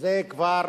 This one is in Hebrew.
וזה כבר